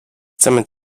chcemy